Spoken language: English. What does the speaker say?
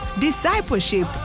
discipleship